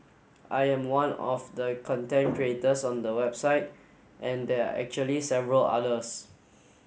I am one of the content creators on the website and they are actually several others